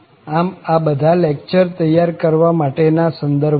આમ આ બધા આ લેકચર તૈયાર કરવા માટે ના સંદર્ભો છે